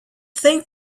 think